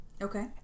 okay